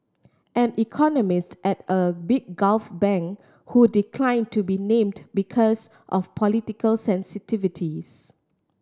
an economist at a big Gulf bank who declined to be named because of political sensitivities